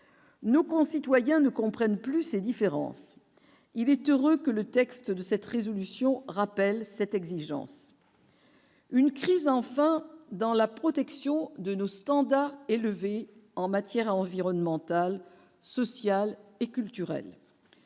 Nos concitoyens ne comprennent plus ces différences, il est heureux que le texte de cette résolution rappelle cette exigence. Une crise enfin dans la protection de nos standards élevés en matière environnementale, sociale et culturelle